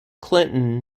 clinton